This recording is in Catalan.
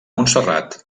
montserrat